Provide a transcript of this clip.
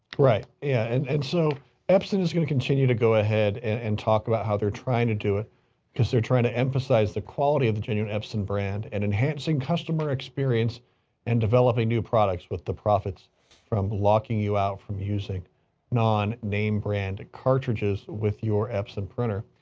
right. yeah, and, and so epson is gonna continue to go ahead and talk about how they're trying to do it because they're trying to emphasize the quality of the genuine epson brand and enhancing customer experience and developing new products with the profits from blocking you out from using non name brand cartridges with your epson printer.